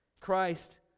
Christ